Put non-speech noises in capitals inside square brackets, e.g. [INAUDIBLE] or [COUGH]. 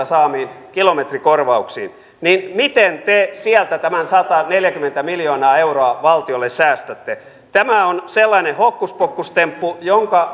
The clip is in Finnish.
[UNINTELLIGIBLE] saamiin kilometrikorvauksiin niin miten te sieltä tämän sataneljäkymmentä miljoonaa euroa valtiolle säästätte tämä on sellainen hokkuspokkustemppu